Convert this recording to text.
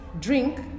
drink